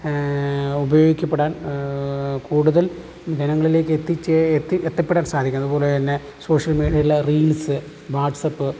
ഉപയോഗിക്കപ്പെടാൻ കൂടുതൽ ജനങ്ങളിലേക്ക് എത്തിച്ചേ എത്തി എത്തപ്പെടാൻ സാധിക്കുന്നു അതുപോലെതന്നെ സോഷ്യൽ മീഡിയയിലെ റീൽസ് വാട്സാപ്പ്